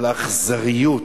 אבל האכזריות,